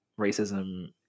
racism